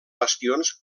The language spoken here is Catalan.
bastions